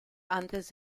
antes